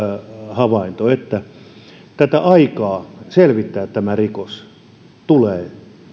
havainto että tätä aikaa selvittää tämä rikos tulee